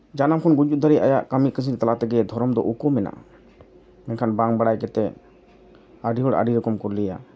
ᱡᱟᱱᱟᱢ ᱠᱷᱚᱱ ᱜᱩᱡᱩᱜ ᱫᱷᱟᱹᱵᱤᱡ ᱟᱭᱟᱜ ᱠᱟᱹᱢᱤ ᱠᱟᱹᱥᱱᱤ ᱛᱟᱞᱟ ᱛᱮᱜᱮ ᱫᱷᱚᱨᱚᱢ ᱫᱚ ᱩᱠᱩ ᱢᱮᱱᱟᱜᱼᱟ ᱢᱮᱱᱠᱷᱟᱱ ᱵᱟᱝ ᱵᱟᱲᱟᱭ ᱠᱟᱛᱮᱫ ᱟᱹᱰᱤ ᱦᱚᱲ ᱟᱹᱰᱤ ᱨᱚᱠᱚᱢ ᱠᱚ ᱞᱟᱹᱭᱟ